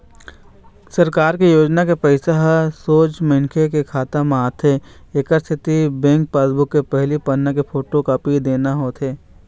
सरकार के योजना के पइसा ह सोझ मनखे के खाता म आथे एकर सेती बेंक पासबूक के पहिली पन्ना के फोटोकापी देना होथे